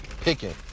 picking